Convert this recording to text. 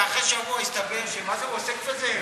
ואחרי שבוע הסתבר שמה-זה הוא עוסק בזה,